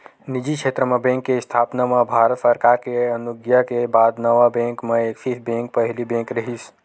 निजी छेत्र म बेंक के इस्थापना म भारत सरकार के अनुग्या के बाद नवा बेंक म ऐक्सिस बेंक पहिली बेंक रिहिस